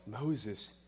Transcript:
Moses